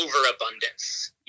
overabundance